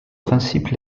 principes